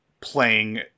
playing